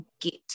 get